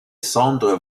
cendres